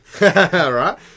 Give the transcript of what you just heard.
right